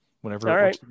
whenever